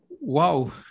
wow